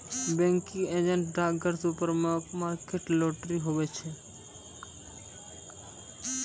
banking agent डाकघर, supermarket, lottery, हुवै छै